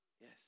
Yes